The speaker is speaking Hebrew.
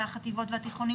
בחטיבות ובתיכונים.